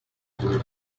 who